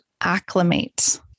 acclimate